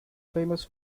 famous